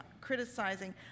criticizing